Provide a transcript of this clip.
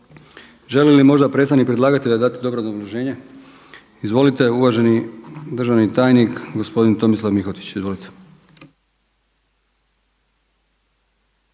Želi li možda predstavnik predlagatelja dati dodatno obrazloženje? Izvolite. Uvaženi državni tajnik gospodin Tomislav Mihotić. Izvolite.